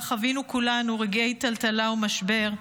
שבה חווינו כולנו רגעי טלטלה ומשבר,